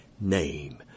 name